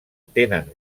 tenen